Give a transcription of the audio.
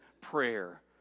prayer